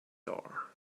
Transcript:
are